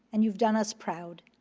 and you've done us proud.